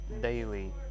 daily